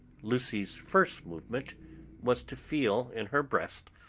lucy's first movement was to feel in her breast,